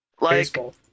Baseball